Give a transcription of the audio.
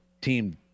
team